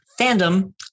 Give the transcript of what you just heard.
fandom